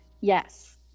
Yes